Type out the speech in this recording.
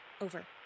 Over